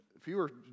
fewer